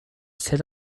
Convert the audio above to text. set